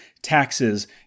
taxes